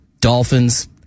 Dolphins